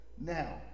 Now